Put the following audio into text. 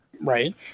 Right